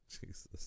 Jesus